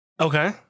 Okay